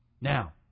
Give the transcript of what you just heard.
Now